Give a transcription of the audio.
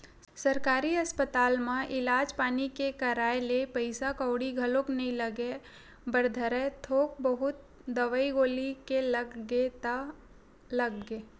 सरकारी अस्पताल म इलाज पानी के कराए ले पइसा कउड़ी घलोक नइ लगे बर धरय थोक बहुत दवई गोली के लग गे ता लग गे